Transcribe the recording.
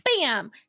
bam